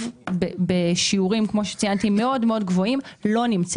מה שאתה אומר מעלה עוד שאלה בכל הקשור לאימהות